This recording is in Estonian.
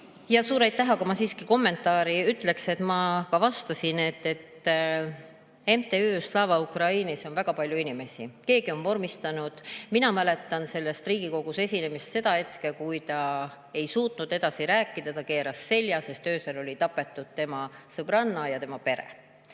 Suur aitäh! Aga ma siiski kommentaari ütleksin. Ma ka vastasin, et MTÜ-s Slava Ukraini on väga palju inimesi. Keegi on vormistanud ... Mina mäletan sellest Riigikogus esinemisest seda hetke, kui ta ei suutnud edasi rääkida ja keeras selja, sest öösel oli tapetud tema sõbranna ja sõbranna pere.